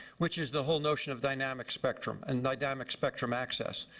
which is the whole notion of dynamic spectrum and dynamic spectrum access.